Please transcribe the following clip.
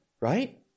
right